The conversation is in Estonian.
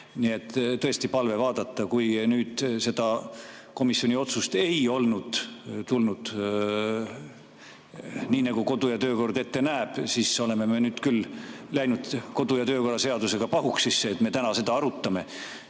Nii et tõesti on palve vaadata. Kui nüüd seda komisjoni otsust polnud tulnud nii, nagu kodu- ja töökord ette näeb, siis oleme me küll läinud kodu- ja töökorra seadusega pahuksisse, kui me täna seda arutame.